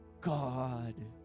God